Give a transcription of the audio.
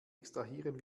extrahieren